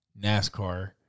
NASCAR